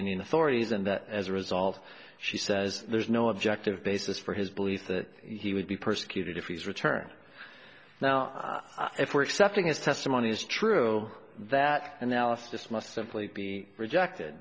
indian authorities and as a result she says there's no objective basis for his belief that he would be persecuted if he's returned now if we're accepting his testimony as true that analysis must simply be rejected